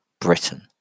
Britain